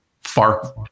far